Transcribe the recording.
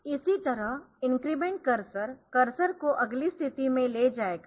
इसी तरह increment cursor cursor को अगली स्थिति में ले जाएगा